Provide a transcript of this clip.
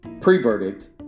pre-verdict